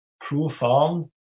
profound